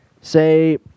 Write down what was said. Say